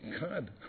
God